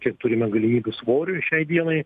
kiek turime galimybių svoriui šiai dienai